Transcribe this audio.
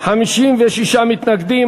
נגד?